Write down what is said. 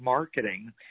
marketing